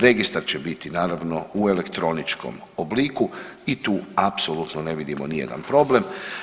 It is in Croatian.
Registar će biti naravno u elektroničkom obliku i tu apsolutno ne vidimo nijedan problem.